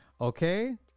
Okay